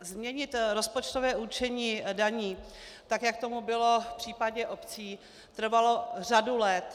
Změnit rozpočtové určení daní, tak jak tomu bylo v případě obcí, trvalo řadu let.